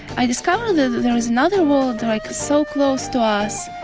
i discovered that there's another world like so close to us.